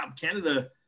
Canada